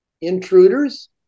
intruders